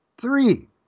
Three